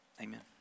Amen